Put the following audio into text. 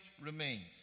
remains